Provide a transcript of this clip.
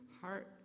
heart